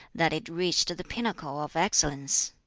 that it reached the pinnacle of excellence.